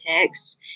text